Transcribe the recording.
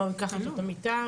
הוא ייקח איתו את המיטה?